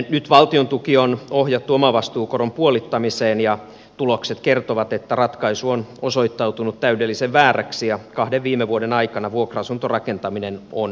nyt valtion tuki on ohjattu omavastuukoron puolittamiseen ja tulokset kertovat että ratkaisu on osoittautunut täydellisen vääräksi ja kahden viime vuoden aikana vuokra asuntorakentaminen on romahtanut